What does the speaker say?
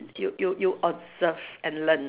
you you you observe and learn